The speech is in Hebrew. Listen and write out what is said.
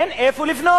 אלא שאין איפה לבנות.